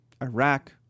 Iraq